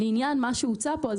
לעניין מה שהוצע כאן.